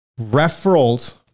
referrals